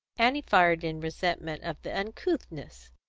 annie fired in resentment of the uncouthness.